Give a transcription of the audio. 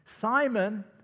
Simon